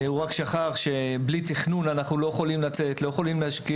הוא רק שכח שבלי תכנון אנחנו לא יכולים לצאת ולהשקיע.